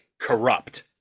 corrupt